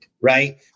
right